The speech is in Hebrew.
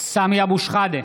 (קורא בשמות חברי הכנסת)